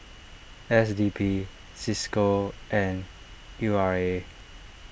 S D P Cisco and U R A